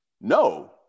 no